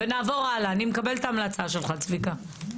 נעבור הלאה, אני מקבלת את ההמלצה שלך, צביקה.